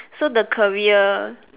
so the career